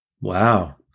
Wow